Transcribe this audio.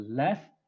left